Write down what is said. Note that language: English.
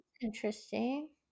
Interesting